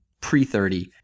pre-30